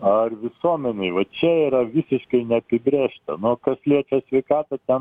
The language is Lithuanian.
ar visuomenei vat čia yra visiškai neapibrėžta na o kas liečia sveikatą